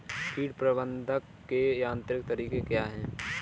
कीट प्रबंधक के यांत्रिक तरीके क्या हैं?